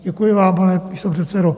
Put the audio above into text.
Děkuji vám, pane místopředsedo.